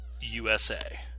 USA